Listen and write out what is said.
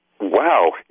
Wow